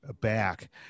back